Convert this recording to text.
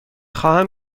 خواهم